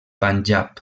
panjab